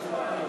סגן השר מיקי,